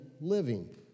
living